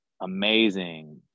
amazing